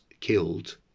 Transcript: killed